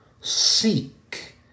Seek